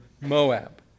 Moab